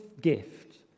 gift